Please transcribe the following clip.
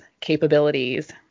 capabilities